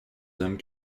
hommes